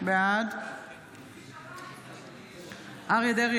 בעד אריה מכלוף דרעי,